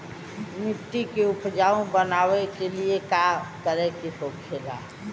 मिट्टी के उपजाऊ बनाने के लिए का करके होखेला?